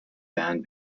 band